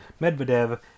Medvedev